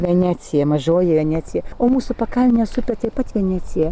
venecija mažoji venecija o mūsų pakalnės upė taip pat venecija